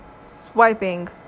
swiping